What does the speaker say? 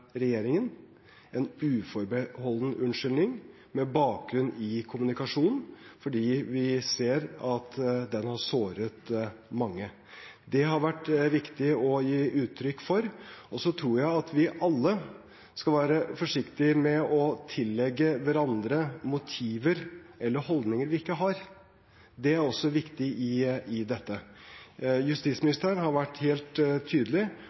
regjeringen – en uforbeholden unnskyldning – med bakgrunn i kommunikasjonen, for vi ser at den har såret mange. Det har det vært viktig å gi uttrykk for. Jeg tror at vi alle skal være forsiktige med å tillegge hverandre motiver eller holdninger vi ikke har. Det er også viktig i dette. Justisministeren har vært helt tydelig